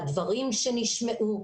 הדברים שנשמעו,